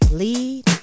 lead